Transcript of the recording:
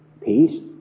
peace